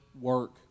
work